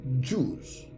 Jews